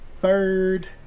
third